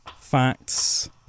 facts